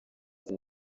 izi